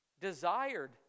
desired